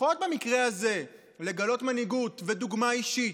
לפחות במקרה הזה, לגלות מנהיגות, דוגמה אישית,